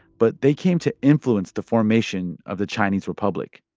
but they came to influence the formation of the chinese republic.